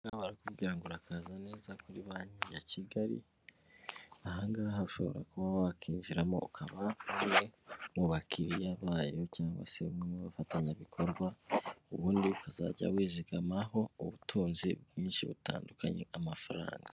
Hano barakubwira ngo urakaza neza kuri banki ya Kigali, aha ngaha ushobora kuba wakinjiramo ukaba umwe mu bakiriya bayo cyangwa se umwe mu bafatanyabikorwa, ubundi ukazajya wizigamaho ubutunzi bwinshi butandukanye n'amafaranga.